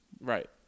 Right